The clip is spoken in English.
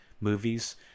movies